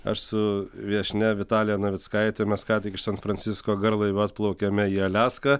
aš su viešnia vitalija navickaite mes ką tik iš san fransisko garlaiviu atplaukėme į aliaską